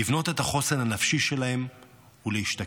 לבנות את החוסן הנפשי שלהן ולהשתקם.